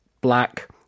black